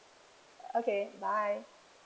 okay bye